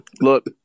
Look